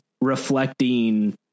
reflecting